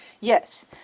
Yes